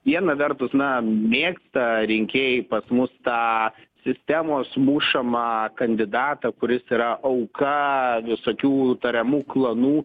viena vertus na mėgsta rinkėjai pas mus tą sistemos mušamą kandidatą kuris yra auka visokių tariamų klanų